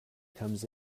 comes